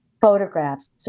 photographs